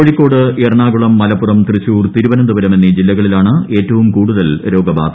കോഴിക്കോട് എറണാകുളം മലപ്പുറം തൃശൂർ തിരുവനന്തപുരം എന്നീ ജില്ലകളിലാണ് ഏറ്റവും കൂടുതൽ രോഗബാധ